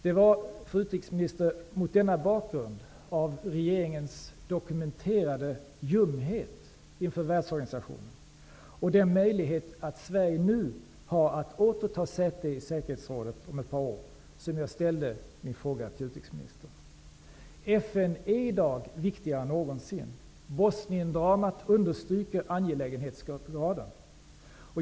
Det var, fru utrikesminister, mot bakgrund av regeringens dokumenterade ljumhet inför världsorganisationen och den möjlighet Sverige nu har att om ett par år åter ta säte i säkerhetsrådet som jag ställde min fråga. FN är i dag viktigare än någonsin. Bosniendramat understryker angelägenhetsgraden.